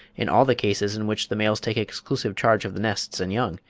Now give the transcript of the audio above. in all the cases in which the males take exclusive charge of the nests and young,